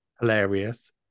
Hilarious